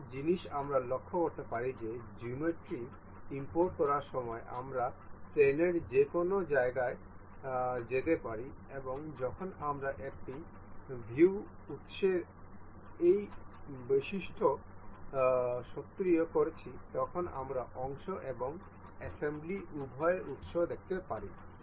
একটি জিনিস আমরা লক্ষ্য করতে পারি যে জিওমেট্রি ইমপোর্ট করার সময় আমরা প্লানের যে কোনও জায়গায় যেতে পারি এবং যখন আমরা একটি ভিউ উত্সের এই বৈশিষ্ট্যটি সক্রিয় করেছি তখন আমরা অংশ এবং অ্যাসেম্বলি উভয়ের উত্স দেখতে পারি